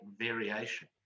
variation